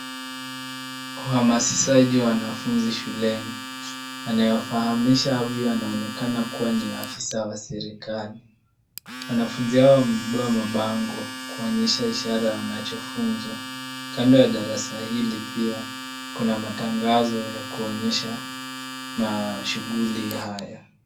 Uhamasishaji wanafunzi shuleni. Anawafahamisha huyu anaonekana kuwa ni afisa wa serikali. Wanafunzi hao mbwa mabango, kuonyesha ishara ya wanachofunzwa. Kando ya darasa hili pia, kuna matangazo ya kuonyesha mashughuli haya.